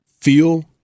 feel